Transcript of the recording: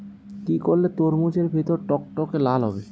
কি করলে তরমুজ এর ভেতর টকটকে লাল হবে?